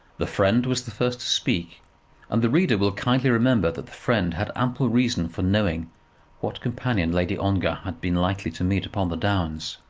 the friend was the first to speak and the reader will kindly remember that the friend had ample reason for knowing what companion lady ongar had been likely to meet upon the downs.